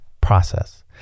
process